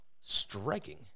Striking